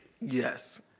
Yes